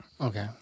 Okay